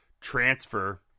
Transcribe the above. transfer